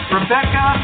Rebecca